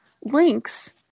links